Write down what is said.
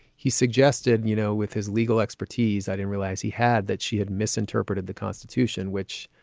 he suggested. you know, with his legal expertise, i didn't realize he had that she had misinterpreted the constitution, which,